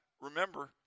remember